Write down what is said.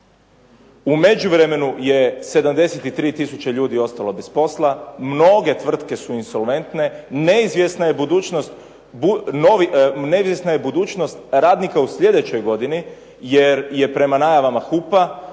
U međuvremenu je 73 tisuće ljudi ostalo bez posla, mnoge tvrtke su insolventne, neizvjesna je budućnost radnika u sljedećoj godini jer je prema najavama HUP-a